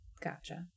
Gotcha